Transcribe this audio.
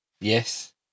Yes